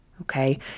okay